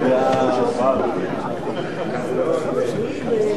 בבקשה, אדוני.